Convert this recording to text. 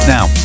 Now